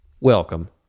welcome